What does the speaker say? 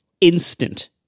instant